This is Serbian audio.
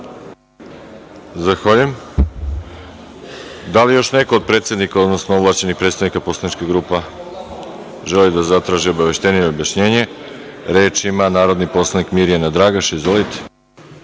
Zahvaljujem. Da li još neko od predsednika, odnosno ovlašćenih predstavnika poslaničkih grupa želi da zatraži obaveštenje ili objašnjenje? Reč ima narodni poslanik Mirjana Dragaš. Izvolite.